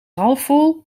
halfvol